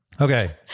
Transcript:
Okay